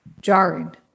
jarring